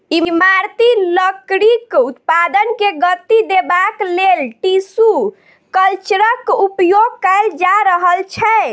इमारती लकड़ीक उत्पादन के गति देबाक लेल टिसू कल्चरक उपयोग कएल जा रहल छै